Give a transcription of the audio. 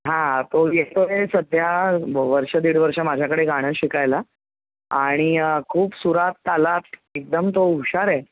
हां तो येतो आहे सध्या वर्ष दीड वर्ष माझ्याकडे गाणं शिकायला आणि खूप सुरात तालात एकदम तो हुशार आहे